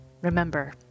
remember